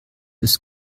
ist